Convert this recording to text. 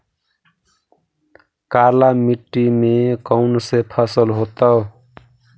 काला मिट्टी में कौन से फसल होतै?